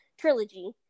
trilogy